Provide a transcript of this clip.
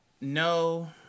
No